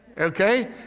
okay